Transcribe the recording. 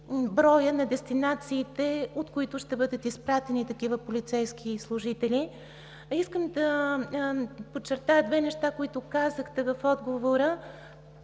броя на дестинациите, от които ще бъдат изпратени такива полицейски служители? Искам да подчертая две неща, които казахте в отговора